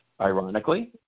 Ironically